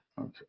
Okay